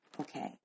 okay